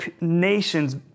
nations